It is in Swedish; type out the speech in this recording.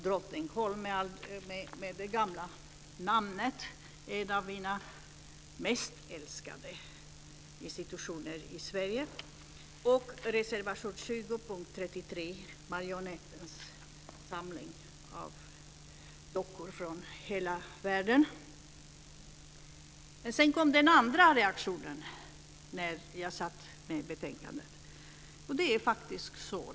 Drottningholms teatermuseum är det gamla namnet. Det är en av de institutioner i Sverige jag älskar mest. Jag yrkar också bifall till reservation 20 under punkt 33, som gäller Sedan kom den andra reaktionen när jag satt med betänkandet. Det var faktiskt sorg.